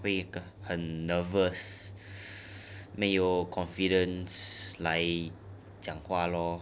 我会很 nervous 没 confidence 来讲话 lor